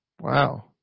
Wow